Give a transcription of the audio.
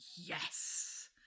Yes